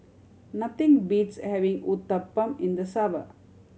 nothing beats having Uthapam in the summer